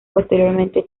posteriormente